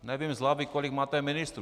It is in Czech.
Nevím z hlavy, kolik máte ministrů.